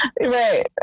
right